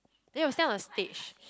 then you must stand on the stage